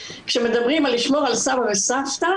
כשמדברים על לשמור על סבא וסבתא,